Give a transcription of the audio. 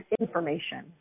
information